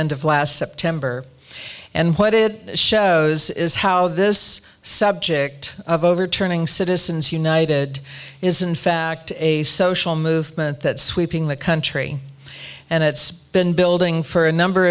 end of last september and what it shows is how this subject of overturning citizens united is in fact a social movement that sweeping the country and it's been building for a number